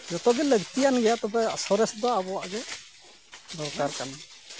ᱡᱚᱛᱚ ᱜᱮ ᱞᱟᱹᱠᱛᱤᱭᱟᱱ ᱜᱮᱭᱟ ᱛᱚᱵᱮ ᱥᱚᱨᱮᱥ ᱫᱚ ᱟᱵᱚᱣᱟᱜ ᱜᱮ ᱫᱚᱨᱠᱟᱨ ᱠᱟᱱᱟ